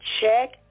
Check